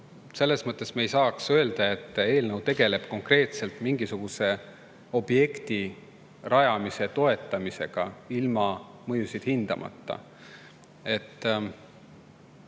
Selles mõttes me ei saaks öelda, et eelnõu tegeleb konkreetselt mingisuguse objekti rajamise toetamisega ilma mõjusid hindamata.